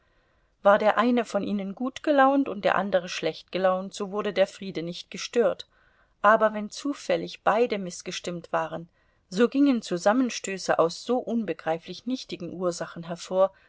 war der eine von ihnen gut gelaunt und der andere schlecht gelaunt so wurde der friede nicht gestört aber wenn zufällig beide mißgestimmt waren so gingen zusammenstöße aus so unbegreiflich nichtigen ursachen hervor